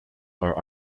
are